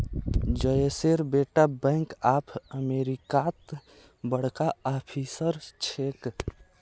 जयेशेर बेटा bank of अमेरिकात बड़का ऑफिसर छेक